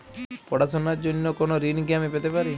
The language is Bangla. পড়াশোনা র জন্য কোনো ঋণ কি আমি পেতে পারি?